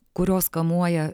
kurios kamuoja